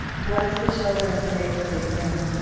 bless the children, safe sleeping,